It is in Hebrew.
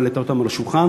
לא העלתה אותן על השולחן.